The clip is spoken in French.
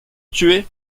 tué